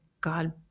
god